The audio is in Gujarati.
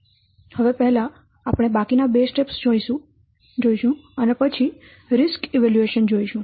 હવે પહેલા આપણે બાકીના બે સ્ટેપ્સ જોઈશું અને પછી રિસ્ક ઇવેલ્યુએશન જોઈશું